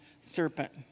serpent